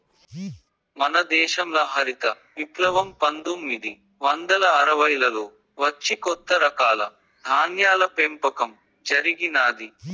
మన దేశంల హరిత విప్లవం పందొమ్మిది వందల అరవైలలో వచ్చి కొత్త రకాల ధాన్యాల పెంపకం జరిగినాది